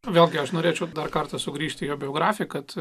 vėlgi aš norėčiau dar kartą sugrįžti į jo biografiją kad